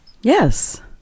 Yes